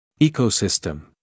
Ecosystem